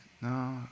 no